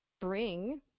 bring